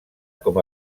com